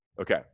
Okay